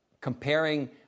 Comparing